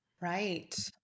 Right